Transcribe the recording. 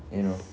you know